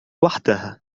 وحدها